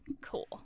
Cool